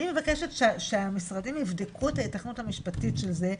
מבקשת שהמשרדים יבדקו את ההתכנות המשפטית של זה,